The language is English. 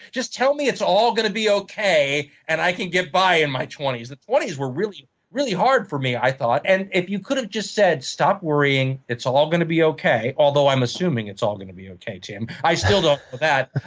just tell me it's all going to be okay and i can get by in my twenty s. the twenty s were really really hard for me, i thought. and if you could have just said stop worrying, it's all going to be okay, although i'm assuming it's all going to be okay, tim i still don't know that.